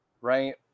right